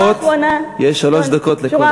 יש שלוש דקות לכל דובר.